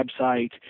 website